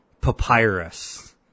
papyrus